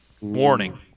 Warning